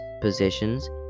positions